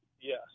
Yes